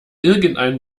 irgendein